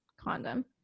condom